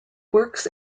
works